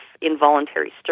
involuntary